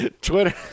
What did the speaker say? twitter